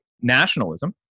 nationalism